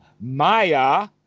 Maya